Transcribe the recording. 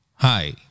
Hi